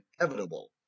inevitable